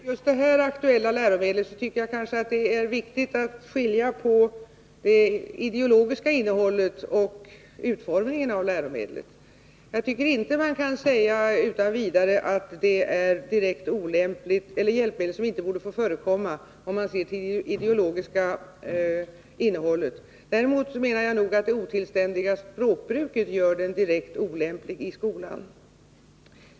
Herr talman! När det gäller just det aktuella läromedlet tycker jag det är viktigt att skilja mellan det ideologiska innehållet och utformningen. Jag tycker inte man kan säga utan vidare att ett hjälpmedel inte borde få förekomma beroende på det ideologiska innehållet. Däremot menar jag att det otillständiga språkbruket gör boken direkt olämplig i skolan.